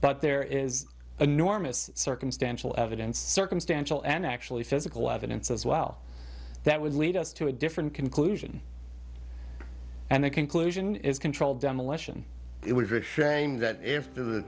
but there is enormous circumstantial evidence circumstantial and actually physical evidence as well that would lead us to a different conclusion and the conclusion is controlled demolition it was reframed that after the